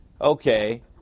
Okay